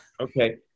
Okay